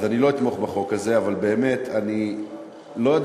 אז אני לא אתמוך בחוק הזה,